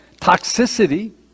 toxicity